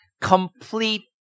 complete